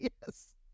Yes